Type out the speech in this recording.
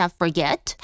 forget